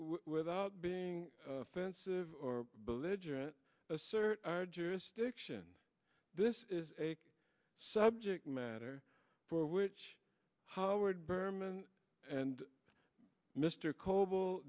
without being offensive or belligerent assert our jurisdiction this is a subject matter for which howard berman and mr cob